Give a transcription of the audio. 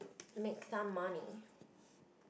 make some money